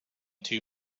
too